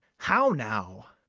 how now!